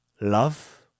love